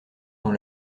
dans